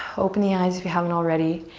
open the eyes if you haven't already.